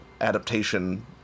adaptation